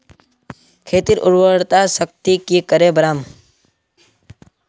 खेतीर उर्वरा शक्ति की करे बढ़ाम?